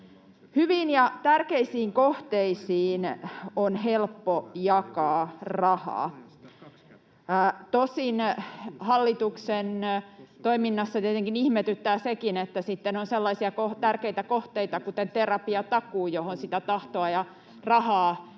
Hyviin ja tärkeisiin kohteisiin on helppo jakaa rahaa. Tosin hallituksen toiminnassa tietenkin ihmetyttää sekin, että sitten on sellaisia tärkeitä kohteita, kuten terapiatakuu, johon sitä tahtoa ja rahaa